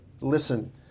listen